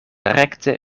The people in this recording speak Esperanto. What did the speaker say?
rekte